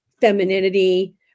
femininity